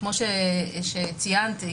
כמו שציינת,